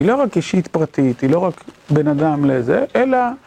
היא לא רק אישית פרטית, היא לא רק בן אדם לזה, אלא...